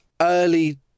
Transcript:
early